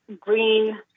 green